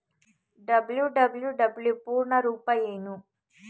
WWW ಪೂರ್ಣ ರೂಪ ಏನು?